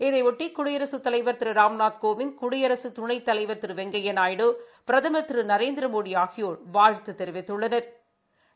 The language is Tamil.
இதனையொட்டி குடியரசுத்தலைவா் திரு ராம்நாத் கோவிந்த் குடியரசு துணைத் தவைலா் திரு வெங்கையா நாயுடு பிரதமா் திரு நரேந்திரமோடி ஆகியோா் வாழ்த்து தெரிவித்துள்ளனா்